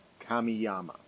Kamiyama